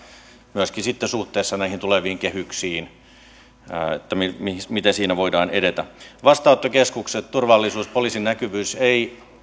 myöskin sitten suhteessa näihin tuleviin kehyksiin miten siinä voidaan edetä vastaanottokeskukset turvallisuus poliisin näkyvyys ei